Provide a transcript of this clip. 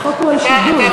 החוק הוא על שידול.